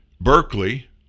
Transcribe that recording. Berkeley